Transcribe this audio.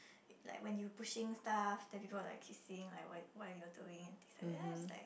like when you pushing stuff then people will like keep saying like what what are you all doing and things like that lah just like